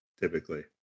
typically